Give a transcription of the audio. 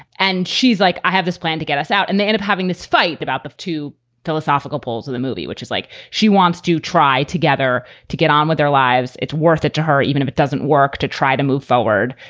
and she's like, i have this plan to get us out. and they end up having this fight about the two philosophical poles of the movie, which is like she wants to try together to get on with their lives. it's worth it to her, even if it doesn't work, to try to move forward,